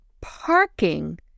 parking